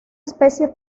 especie